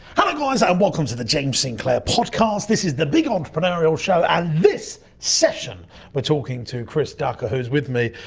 kind of guys and um welcome to the james sinclair podcast. this is the big entrepreneurial show and this session we're talking to chris ducker, who is with me,